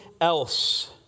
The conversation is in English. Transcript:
else